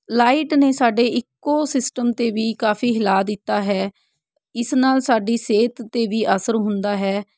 light ਨੇ ਸਾਡੇ ecosystem 'ਤੇ ਵੀ ਕਾਫੀ ਹਿਲਾ ਦਿੱਤਾ ਹੈ ਇਸ ਨਾਲ ਸਾਡੀ ਸਿਹਤ 'ਤੇ ਵੀ ਅਸਰ ਹੁੰਦਾ ਹੈ